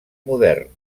modern